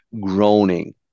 groaning